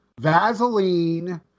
Vaseline